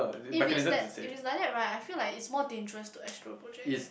if is that if it is like that right I feel like it's more dangerous to astral project eh